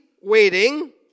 waiting